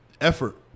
Effort